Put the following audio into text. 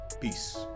Peace